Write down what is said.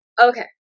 okay